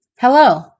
Hello